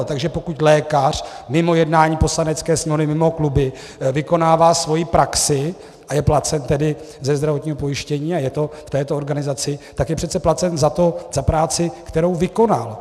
Takže pokud lékař mimo jednání Poslanecké sněmovny, mimo kluby vykonává svoji praxi a je tedy placen ze zdravotního pojištění a je to v této organizaci, tak je přece placen za práci, kterou vykonal.